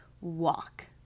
walk